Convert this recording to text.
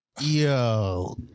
yo